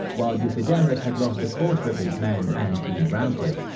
while euthydemus had lost a quarter of his men and been routed.